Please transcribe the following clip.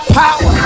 power